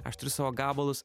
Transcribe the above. aš turiu savo gabalus